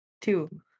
Two